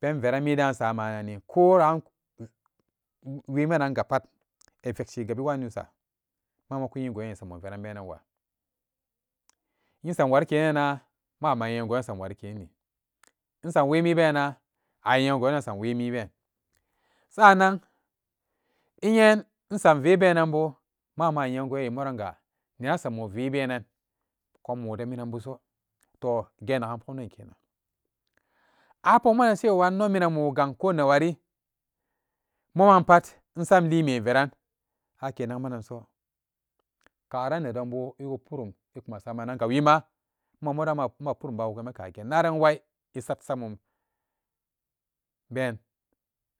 Pen veran midan insamananni ko'an wimanangapat e fekshi e gabiwaa nusa mama kuyingo kuyigoa'nesam moveran benan waa esamwankerana mama yengon esamwarikenni insam wemibena ayenangon e sam wemi benan sa'annan inyen insam vee benan bo ma'ama a yenangoran n moranga neran sammo veran kommo dee minan buso toh gen nagan pogum den kenan a pokman nan cewa inno minan muo gang newan mumapat insam inlime veraan ake nakmananso karan nedon bu ewuk purum ekumasamananga iima ma modon ma purum ba wukad e kagen naran wai esatsamumben